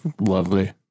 Lovely